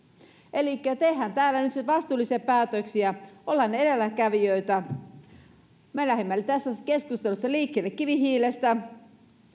elikkä tehdään täällä nyt vastuullisia päätöksiä ollaan edelläkävijöitä me lähdimme tässä keskustelussa liikkeelle kivihiilestä